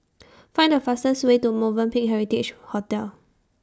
Find The fastest Way to Movenpick Heritage Hotel